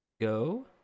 go